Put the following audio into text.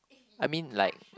I mean like